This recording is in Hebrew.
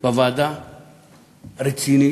בוועדה היא רצינית,